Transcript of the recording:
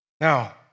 Now